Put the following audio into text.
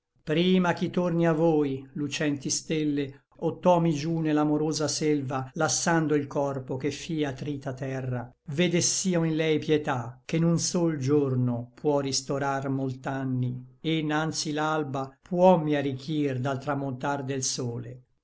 prima ch'i torni a voi lucenti stelle o tomi giú ne l'amorosa selva lassando il corpo che fia trita terra vedess'io in lei pietà che n un sol giorno può ristorar molt'anni e nanzi l'alba puommi arichir dal tramontar del sole